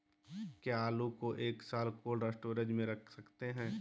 क्या आलू को एक साल कोल्ड स्टोरेज में रख सकते हैं?